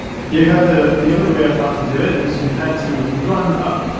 you had to the only way i found to do it, it was you had to run up,